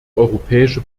europäische